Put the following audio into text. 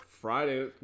Friday